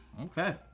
Okay